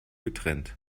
getrennt